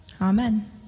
Amen